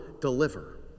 deliver